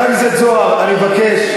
זוהר, אני מבקש.